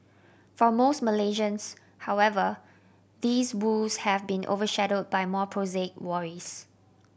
for most Malaysians however these woes have been overshadowed by more prosaic worries